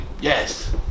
yes